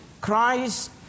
Christ